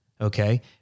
Okay